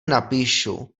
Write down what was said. napíšu